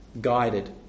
guided